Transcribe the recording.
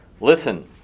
Listen